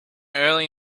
early